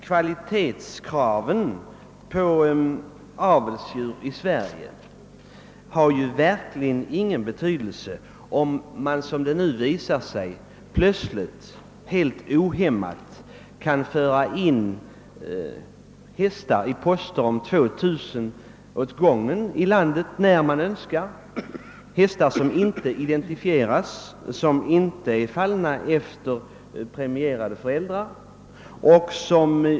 Kvalitetskraven på avelsdjur i Sverige har ju verkligen ingen betydelse, om man, som det nu visar sig, plötsligt helt ohämmat kan föra in hästar i landet i poster på 2000 åt gången när man Önskar, hästar som inte identifieras, som inte är fallna efter premierade föräldrar.